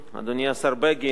אדוני השר בגין,